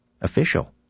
official